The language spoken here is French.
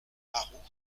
maroux